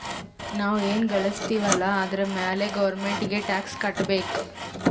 ನಾವ್ ಎನ್ ಘಳುಸ್ತಿವ್ ಅಲ್ಲ ಅದುರ್ ಮ್ಯಾಲ ಗೌರ್ಮೆಂಟ್ಗ ಟ್ಯಾಕ್ಸ್ ಕಟ್ಟಬೇಕ್